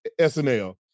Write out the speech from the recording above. SNL